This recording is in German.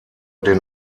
den